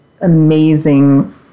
amazing